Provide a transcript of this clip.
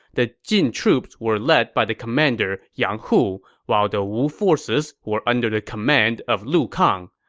the jin troops were led by the commander yang hu, while the wu forces were under the command of lu kang.